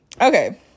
Okay